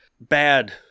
bad